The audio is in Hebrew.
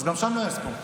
אז גם שם לא היה ספורט.